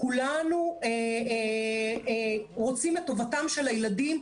כולנו רוצים את טובתם של הילדים,